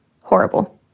horrible